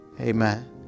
Amen